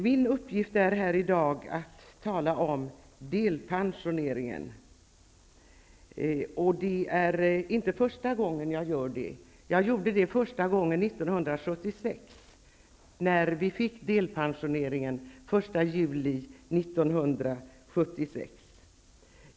Min uppgift här i dag är att tala om delpensioneringen, och det är inte första gången jag gör det. Jag gjorde det första gången 1976, när vi fick delpensioneringen. Det var den 1 juli 1976.